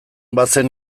bazen